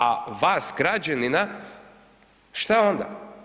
A vas građanina, što onda?